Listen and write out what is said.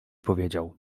powiedział